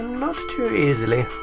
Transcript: too easily,